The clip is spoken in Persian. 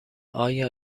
آیا